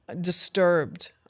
disturbed